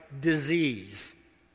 disease